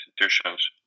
institutions